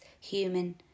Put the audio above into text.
human